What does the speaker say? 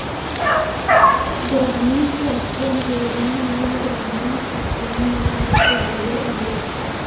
ग्रामीण साठवण योजनेमुळे ग्रामीण साठवण नेटवर्क वाढले आहे